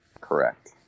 Correct